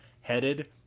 headed